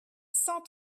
cent